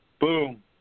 Boom